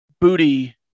booty